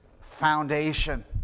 foundation